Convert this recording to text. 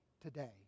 today